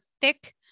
thick